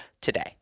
today